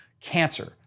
cancer